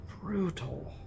Brutal